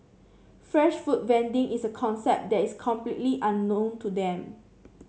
fresh food vending is a concept that is completely unknown to them